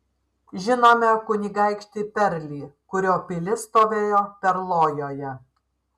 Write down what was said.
žinome kunigaikštį perlį kurio pilis stovėjo perlojoje